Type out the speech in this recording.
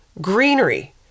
greenery